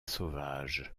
sauvage